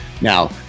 Now